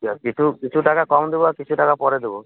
যাক কিছু কিছু টাকা কম দেবো আর কিছু টাকা পরে দেবো